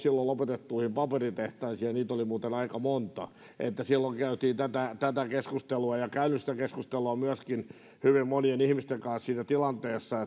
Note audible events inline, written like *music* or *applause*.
*unintelligible* silloin lopetettuihin paperitehtaisiin ja niitä oli muuten aika monta silloin käytiin tätä tätä keskustelua ja olen käynyt keskustelua myöskin hyvin monien ihmisten kanssa siinä tilanteessa *unintelligible*